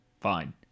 Fine